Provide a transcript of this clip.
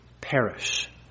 perish